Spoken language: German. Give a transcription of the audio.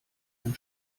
ein